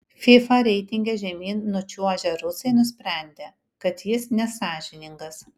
fifa reitinge žemyn nučiuožę rusai nusprendė kad jis nesąžiningas